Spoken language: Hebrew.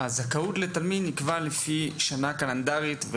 שהזכאות לתלמיד נקבעת לפי שנה קלנדרית,